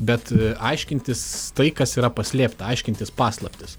bet aiškintis tai kas yra paslėpta aiškintis paslaptis